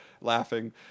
laughing